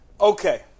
okay